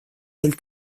del